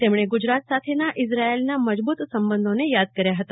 તેમણે ગુજરાત સાથેના ઇઝરાયેલના મજબૂત સંબંધોને યાદ કર્યા હતા